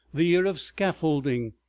the year of scaffolding,